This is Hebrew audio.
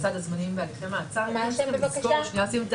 לשים את